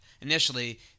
initially